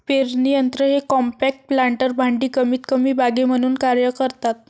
पेरणी यंत्र हे कॉम्पॅक्ट प्लांटर भांडी कमीतकमी बागे म्हणून कार्य करतात